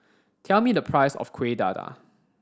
tell me the price of Kuih Dadar